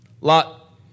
Lot